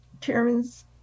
chairman's